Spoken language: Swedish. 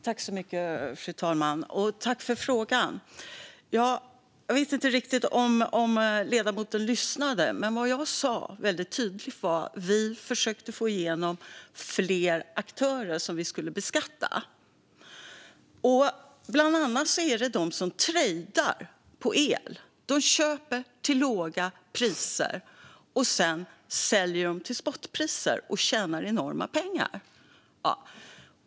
Fru talman! Jag tackar för frågan. Jag vet inte riktigt om ledamoten lyssnade, men vad jag sa väldigt tydligt var att vi försökte få igenom att fler aktörer skulle beskattas. Bland annat är det de som trejdar med el. De köper till låga priser, och sedan säljer de till spotpris och tjänar enorma pengar.